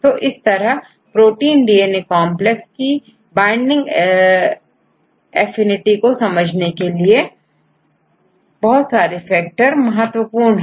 तो इस तरह प्रोटीन डीएनए कॉन्प्लेक्स की बाइंडिंग एसिडिटी को समझने में बहुत सारे फैक्टर महत्वपूर्ण है